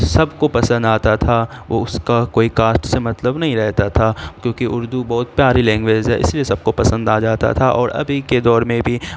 سب کو پسند آتا تھا وہ اس کا کوئی کاسٹ سے مطلب نہیں رہتا تھا کیونکہ اردو بہت پیاری لینگویج ہے اسی لیے سب کو پسند آ جاتا تھا اور ابھی کے دور میں بھی